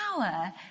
power